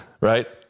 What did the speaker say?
Right